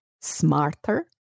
smarter